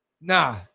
Nah